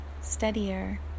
steadier